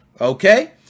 Okay